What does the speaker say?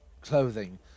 clothing